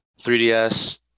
3ds